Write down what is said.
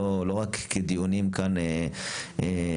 לא רק כדיונים כאן דקלרטיביים,